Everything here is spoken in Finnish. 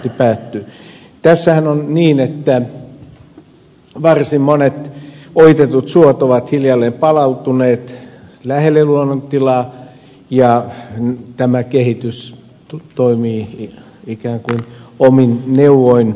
tässähän on niin että varsin monet ojitetut suot ovat hiljalleen palautuneet lähelle luonnontilaa ja tämä kehitys toimii ikään kuin omin neuvoin